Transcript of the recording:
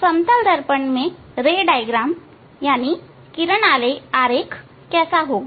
समतल दर्पण में किरण आरेख कैसा होगा